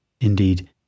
Indeed